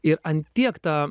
ir ant tiek ta